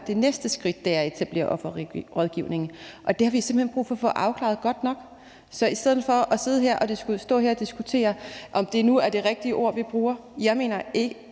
det næste skridt er at etablere en offerrådgivning. Det har vi simpelt hen brug for at få afklaret godt nok. Så i stedet for at stå her og diskutere, om det nu er det rigtige ord, vi bruger, når den